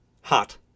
Hot